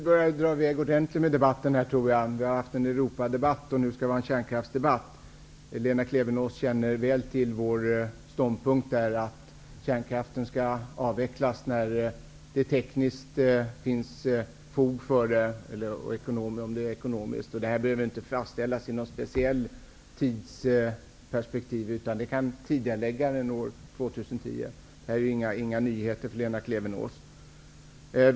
Herr talman! Nu börjar debatten dra i väg ordentligt. Vi har haft en Europadebatt, och nu skall vi ha en kärnkraftsdebatt. Lena Klevenås känner väl till vår ståndpunkt, att kärnkraften skall avvecklas när det finns fog för det tekniskt och ekonomiskt. Det behöver inte fastställas något speciellt tidsperspektiv. Det kan ligga tidigare än år 2010. Detta är inga nyheter för Lena Klevenås.